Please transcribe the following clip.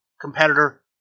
competitor